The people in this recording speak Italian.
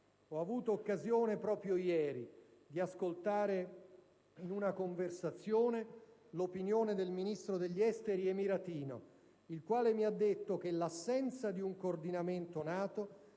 Ho avuto occasione proprio ieri di ascoltare in una conversazione l'opinione del Ministro degli esteri emiratino, il quale mi ha detto che l'assenza di un coordinamento NATO